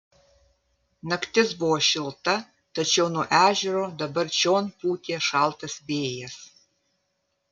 naktis buvo šilta tačiau nuo ežero dabar čion pūtė šaltas vėjas